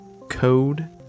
code